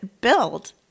build